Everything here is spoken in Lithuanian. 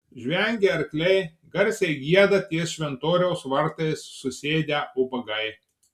žvengia arkliai garsiai gieda ties šventoriaus vartais susėdę ubagai